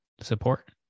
support